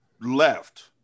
left